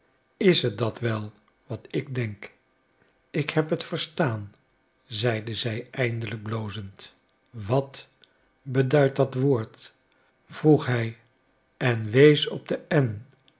is het dat wel wat ik denk ik heb het verstaan zeide zij eindelijk blozend wat beduidt dat woord vroeg hij en wees op de